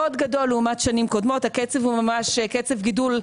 מאוד גדול לעומת שנים קודמות, הקצב ממש קצב גידול.